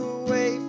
away